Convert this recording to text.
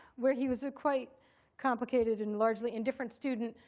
where he was a quite complicated and largely indifferent student.